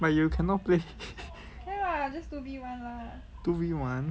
but you cannot play two V one